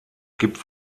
gibt